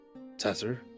Tesser